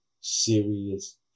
serious